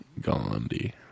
Gandhi